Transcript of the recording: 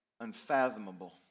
unfathomable